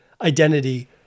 identity